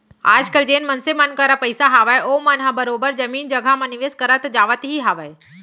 आजकल जेन मनसे मन करा पइसा हावय ओमन ह बरोबर जमीन जघा म निवेस करत जावत ही हावय